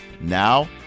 Now